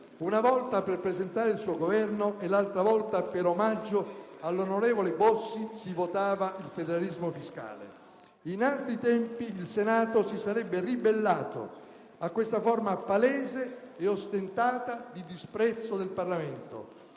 una volta per presentare il suo Governo e l'altra per omaggio all'onorevole Bossi, quando si votava il federalismo fiscale. In altri tempi il Senato si sarebbe ribellato a questa forma palese e ostentata di disprezzo del Parlamento.